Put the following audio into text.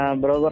bro